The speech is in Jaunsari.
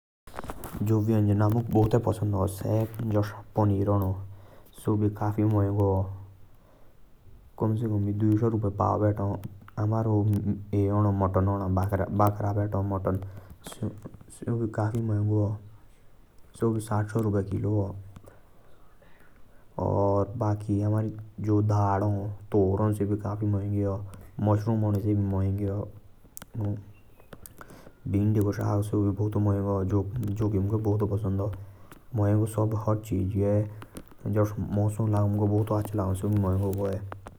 जो वयंजन अमुक पसंद हा। सौ पनीर आ जो कि दुई साअ रूपे पउ भेटो। अमारो मातन हानो सौ भी काफि माेन्गो भेटो।